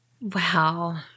Wow